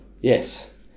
Yes